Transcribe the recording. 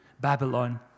Babylon